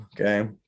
okay